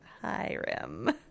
Hiram